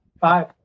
five